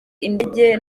indege